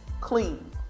Clean